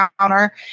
counter